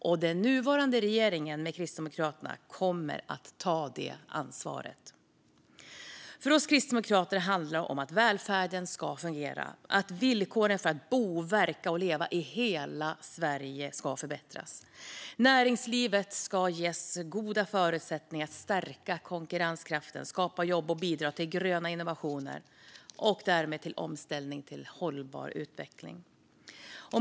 Och den nuvarande regeringen med Kristdemokraterna kommer att ta detta ansvar. För oss kristdemokrater handlar det om att välfärden ska fungera, att villkoren för att bo, verka och leva i hela Sverige ska förbättras. Näringslivet ska ges goda förutsättningar att stärka konkurrenskraften, skapa jobb och bidra till gröna innovationer och därmed till omställningen till en hållbar utveckling.